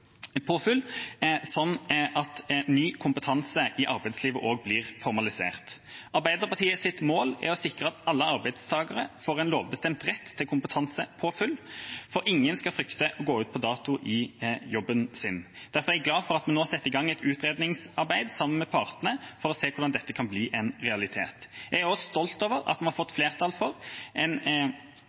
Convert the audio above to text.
sånn at ny kompetanse i arbeidslivet også blir formalisert. Arbeiderpartiets mål er å sikre at alle arbeidstakere får en lovbestemt rett til kompetansepåfyll, for ingen skal frykte å gå ut på dato i jobben sin. Derfor er jeg glad for at vi nå setter i gang et utredningsarbeid sammen med partene for å se hvordan dette kan bli en realitet. Jeg er også stolt over at vi har fått flertall for Kompetansefunn Digital, en